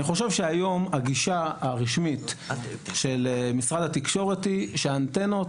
אני חושב שהיום הגישה הרשמית של משרד התקשורת היא שאנטנות